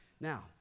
Now